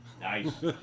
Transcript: Nice